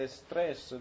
stress